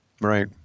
Right